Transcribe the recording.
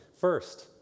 First